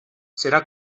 serà